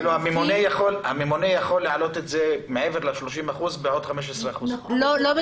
כאילו הממונה יכול להעלות את זה מעבר ל-30% בעוד 15%. לא.